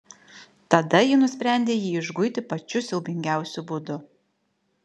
tada ji nusprendė jį išguiti pačiu siaubingiausiu būdu